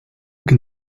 can